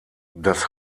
das